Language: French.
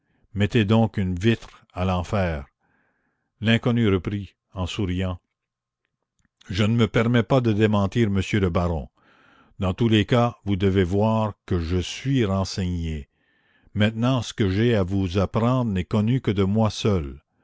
mettez donc une vitre à l'enfer l'inconnu reprit en souriant je ne me permets pas de démentir monsieur le baron dans tous les cas vous devez voir que je suis renseigné maintenant ce que j'ai à vous apprendre n'est connu que de moi seul